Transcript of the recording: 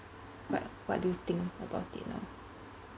but what do you think about it now